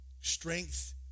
Strength